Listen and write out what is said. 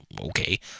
okay